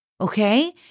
Okay